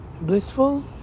blissful